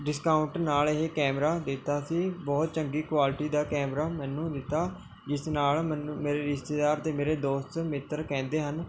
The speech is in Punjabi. ਡਿਸਕਾਊਂਟ ਨਾਲ਼ ਇਹ ਕੈਮਰਾ ਦਿੱਤਾ ਸੀ ਬਹੁਤ ਚੰਗੀ ਕੁਆਲਟੀ ਦਾ ਕੈਮਰਾ ਮੈਨੂੰ ਦਿੱਤਾ ਜਿਸ ਨਾਲ਼ ਮੈਨੂੰ ਮੇਰੇ ਰਿਸ਼ਤੇਦਾਰ ਅਤੇ ਮੇਰੇ ਦੋਸਤ ਮਿੱਤਰ ਕਹਿੰਦੇ ਹਨ